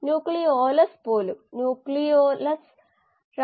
glucose മാത്രമല്ല ഏക substrate ഇത് വളരെ സാധാരണമായ ഒരു സബ്സ്ട്രേറ്റ് ആണ്